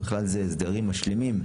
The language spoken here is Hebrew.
נקרא לזה הסדרים משלימים,